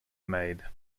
made